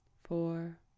Four